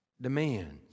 demands